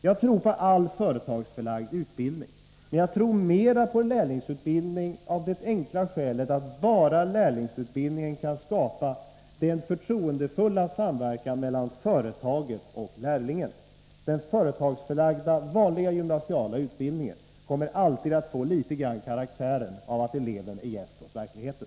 Jag tror på all företagsförlagd utbildning, men jag tror mera på lärlingsutbildning av det enkla skälet att bara lärlingsutbildningen kan skapa en förtroendefull samverkan mellan företaget och lärlingen. Den företagsförlagda vanliga gymnasiala utbildningen kommer alltid att litet grand ha karaktären av att eleven är gäst hos verkligheten.